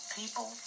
people